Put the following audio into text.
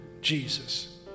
Jesus